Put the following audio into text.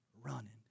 running